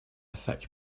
thick